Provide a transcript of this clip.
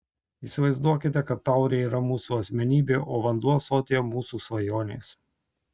įsivaizduokite kad taurė yra mūsų asmenybė o vanduo ąsotyje mūsų svajonės